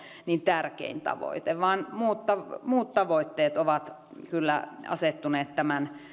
tärkein tavoite vaan muut tavoitteet ovat kyllä asettuneet tämän